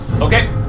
Okay